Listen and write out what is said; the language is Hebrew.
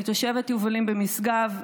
אני תושבת יובלים במשגב.